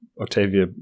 Octavia